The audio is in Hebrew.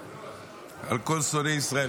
על כל שונאי ישראל.